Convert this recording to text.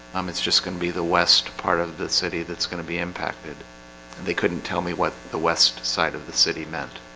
um, it's just gonna be the west part of the city that's gonna be impacted and they couldn't tell me what the west side of the city meant